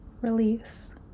release